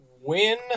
win